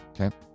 Okay